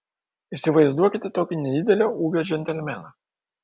įsivaizduokite tokį nedidelio ūgio džentelmeną